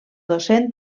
docent